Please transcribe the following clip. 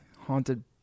haunted